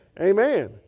Amen